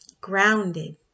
grounded